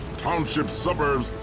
townships, suburbs,